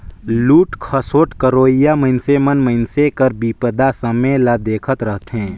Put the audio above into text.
लूट खसोट करोइया मइनसे मन मइनसे कर बिपदा समें ल देखत रहथें